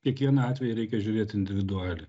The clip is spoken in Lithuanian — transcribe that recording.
kiekvieną atvejį reikia žiūrėt individualiai